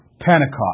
Pentecost